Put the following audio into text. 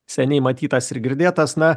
seniai matytas ir girdėtas na